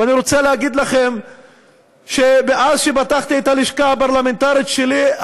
ואני רוצה להגיד לכם שמאז שפתחתי את הלשכה הפרלמנטרית שלי,